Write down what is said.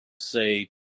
say